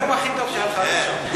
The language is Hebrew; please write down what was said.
זה הנאום הכי טוב שהיה לך עד עכשיו.